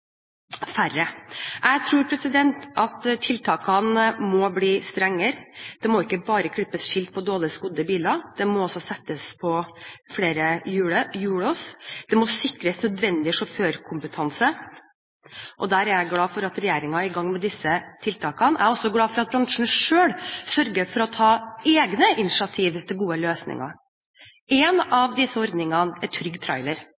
færre. Jeg tror at tiltakene må bli strengere. Det må ikke bare klippes skilt på dårlig skodde biler, det må settes på flere hjullåser. Det må sikres nødvendig sjåførkompetanse, og jeg er glad for at regjeringen er i gang med disse tiltakene. Jeg er også glad for at bransjen selv sørger for å ta egne initiativ til gode løsninger. En av disse ordningene er Trygg Trailer,